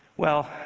well,